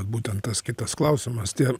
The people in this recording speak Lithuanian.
būtent tas kitas klausimas tie